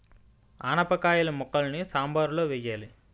ఆనపకాయిల ముక్కలని సాంబారులో వెయ్యాలి